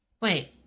Wait